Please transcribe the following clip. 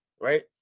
right